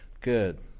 Good